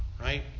right